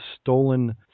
stolen